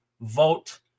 vote